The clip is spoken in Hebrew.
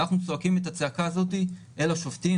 אנחנו צועקים את הצעקה הזאת אל השופטים.